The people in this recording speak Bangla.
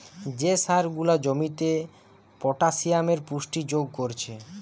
যে সার গুলা জমিতে পটাসিয়ামের পুষ্টি যোগ কোরছে